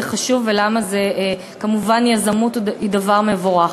חשוב ולמה כמובן יזמות היא דבר מבורך.